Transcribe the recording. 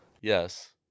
yes